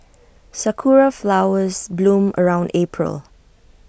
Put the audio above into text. Sakura Flowers bloom around April